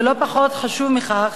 ולא פחות חשוב מכך,